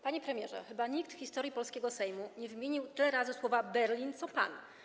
Panie premierze, chyba nikt w historii polskiego Sejmu nie wymienił tyle razy słowa „Berlin”, co pan.